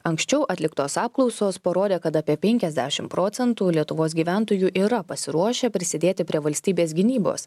anksčiau atliktos apklausos parodė kad apie penkiasdešimt procentų lietuvos gyventojų yra pasiruošę prisidėti prie valstybės gynybos